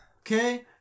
okay